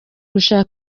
gusura